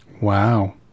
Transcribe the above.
Wow